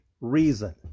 reason